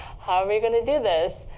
how are we going to do this?